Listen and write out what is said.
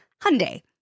Hyundai